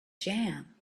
jam